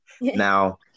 now